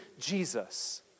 Jesus